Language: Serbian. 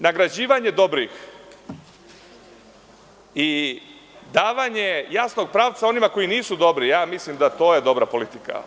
Nagrađivanje dobrih i davanje jasnog pravca onima koji nisu dobri, mislim da to je dobra politika.